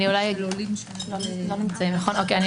זה